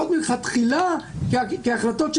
זה נראה כאילו שאין פה שום התייחסות,